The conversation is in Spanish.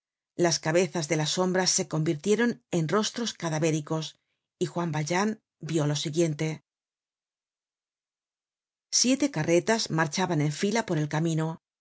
las cabezas de las sombras se convirtieron en rostros cadavéricos y juan valjean vió lo siguiente siete carretas marchaban en fila por el camino